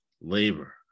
labor